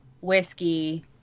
whiskey